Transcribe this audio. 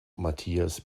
matthias